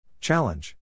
Challenge